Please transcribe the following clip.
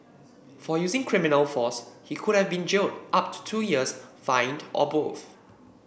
for using criminal force he could have been jailed up to two years fined or both